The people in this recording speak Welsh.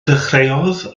ddechreuodd